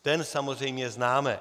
Ten samozřejmě známe.